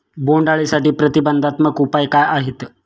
बोंडअळीसाठी प्रतिबंधात्मक उपाय काय आहेत?